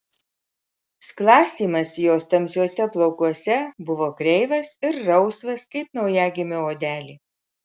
sklastymas jos tamsiuose plaukuose buvo kreivas ir rausvas kaip naujagimio odelė